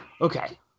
Okay